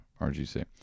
RGC